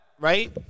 right